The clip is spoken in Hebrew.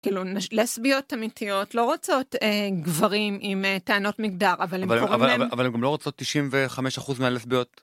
כאילו לסביות אמיתיות לא רוצות גברים עם טענות מגדר אבל הן לא רוצות 95 אחוז מהלסביות.